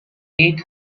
eight